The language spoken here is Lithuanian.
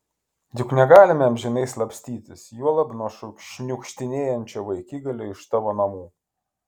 juk negalime amžinai slapstytis juolab nuo šniukštinėjančio vaikigalio iš tavo namų